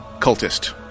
cultist